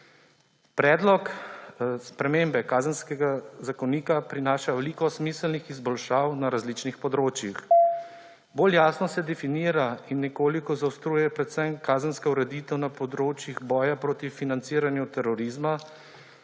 Predlog sprememb Kazenskega zakonika prinaša veliko smiselnih izboljšav na različnih področjih. Bolj jasno se definira in nekoliko zaostruje predvsem kazenska ureditev na področjih boja proti financiranju terorizma,